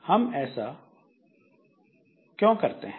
हम ऐसा क्यों करते हैं